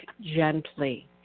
gently